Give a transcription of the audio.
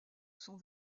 sont